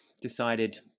decided